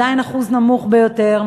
עדיין אחוז נמוך ביותר,